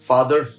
Father